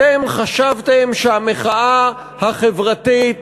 אתם חשבתם שהמחאה החברתית